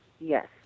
Yes